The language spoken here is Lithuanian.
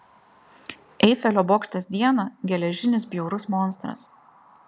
eifelio bokštas dieną geležinis bjaurus monstras